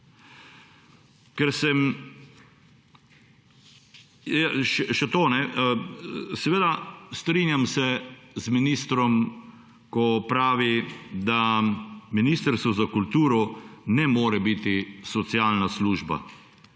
Še to, strinjam se z ministrom, ko pravi, da Ministrstvo za kulturo ne more biti socialna služba.